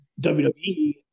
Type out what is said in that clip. WWE